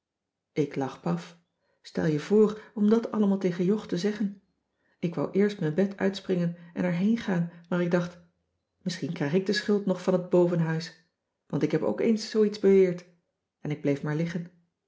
ik lag paf stel je voor om dat allemaal tegen jog te zeggen ik wou eerst mijn bed uitspringen en er heen gaan maar ik dacht misschien krijg ik de schuld nog van het bovenhuis want ik heb ook eens zoo iets beweerd en ik bleef maar liggen